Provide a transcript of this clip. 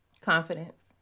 confidence